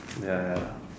ya ya ya